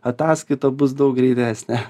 ataskaita bus daug greitesnė